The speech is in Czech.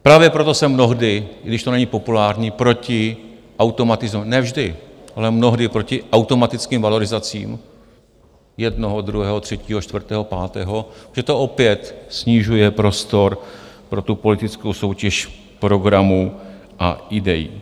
Právě proto jsem mnohdy, i když to není populární ne vždy, ale mnohdy proti automatickým valorizacím jednoho, druhého, třetího, čtvrtého, pátého, že to opět snižuje prostor pro tu politickou soutěž programů a ideí.